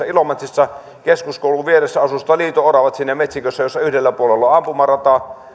ilomantsissa keskuskoulun vieressä asustavat liito oravat siinä metsikössä jonka yhdellä puolella on ampumarata